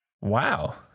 Wow